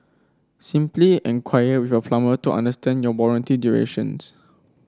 simply enquire with your plumber to understand your warranty duration